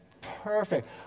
Perfect